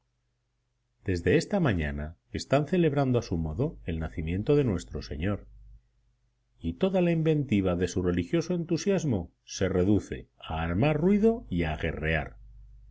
desde esta mañana están celebrando a su modo el nacimiento de nuestro señor y toda la inventiva de su religioso entusiasmo se reduce a armar ruido y a guerrear